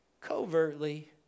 covertly